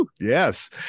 Yes